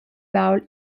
baul